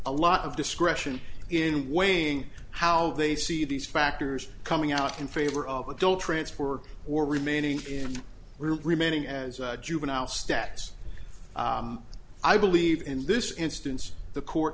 a lot of discretion in weighing how they see these factors coming out in favor of adult transfer or remaining in remaining as a juvenile status i believe in this instance the court